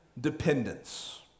dependence